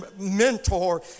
mentor